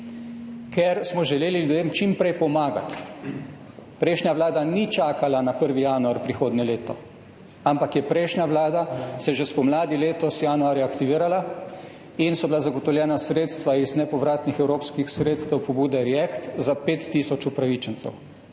Ker smo želeli ljudem čim prej pomagati. Prejšnja vlada ni čakala na 1. januar prihodnje leto, ampak se je prejšnja vlada že spomladi, letos januarja aktivirala in so bila zagotovljena sredstva iz nepovratnih evropskih sredstev pobude React-EU za 5 tisoč upravičencev.